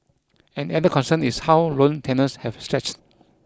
an added concern is how loan tenures have stretched